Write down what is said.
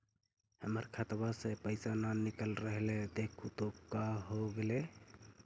हमर खतवा से पैसा न निकल रहले हे देखु तो का होगेले?